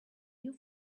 you